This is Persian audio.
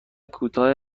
کوتاه